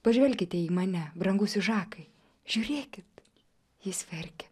pažvelkite į mane brangusis žakai žiūrėkit jis verkia